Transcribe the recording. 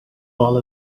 all